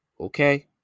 Okay